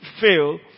fail